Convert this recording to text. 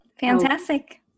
Fantastic